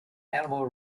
animal